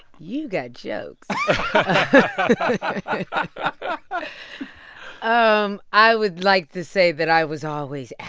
you got jokes i um i would like to say that i was always